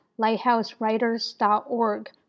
lighthousewriters.org